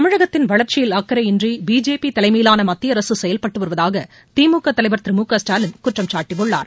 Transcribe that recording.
தமிழகத்தின் வளர்ச்சியில் அக்கறையின்றி பிஜேபி தலைமையிலான மத்திய அரசு செயல்பட்டு வருவதாக திமுக தலைவர் திரு மு க ஸ்டாலின் குற்றம் சாட்டியுள்ளார்